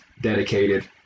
dedicated